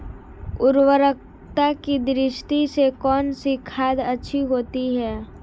उर्वरकता की दृष्टि से कौनसी खाद अच्छी होती है?